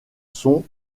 sons